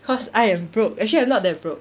cause I am broke actually I'm not that broke